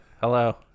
Hello